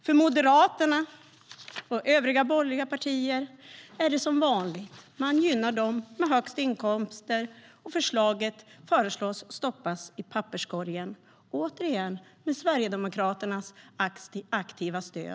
För Moderaterna och övriga borgerliga partier är det som vanligt; man gynnar dem med högst inkomster, och förslaget föreslås stoppas i papperskorgen, återigen med Sverigedemokraternas aktiva stöd.